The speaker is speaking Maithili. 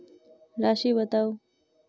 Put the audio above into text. राशि बताउ